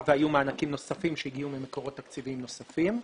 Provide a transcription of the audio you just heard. והיו מענקים נוספים שהגיעו ממקורות תקציביים נוספים.